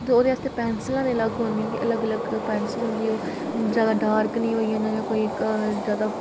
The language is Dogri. ते ओह्दे आस्तै पैंसिलां अलग होंदियां अलग अलग पैंसिलां होंदियां जैदा डार्क निं होई जां कोई जैदा